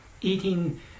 eating